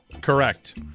Correct